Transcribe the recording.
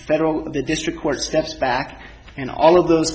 federal the district court steps back and all of those